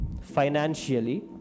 financially